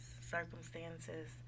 circumstances